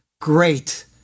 great